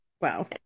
Wow